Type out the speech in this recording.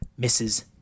Mrs